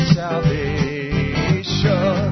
salvation